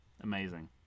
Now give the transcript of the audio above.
Amazing